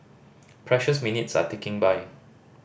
precious minutes are ticking by